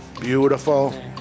beautiful